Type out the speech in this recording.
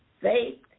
faith